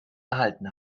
erhalten